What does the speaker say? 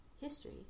history